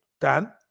Dan